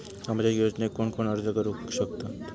सामाजिक योजनेक कोण कोण अर्ज करू शकतत?